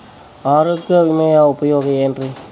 ಆರೋಗ್ಯ ವಿಮೆಯ ಉಪಯೋಗ ಏನ್ರೀ?